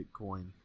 Bitcoin